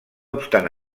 obstant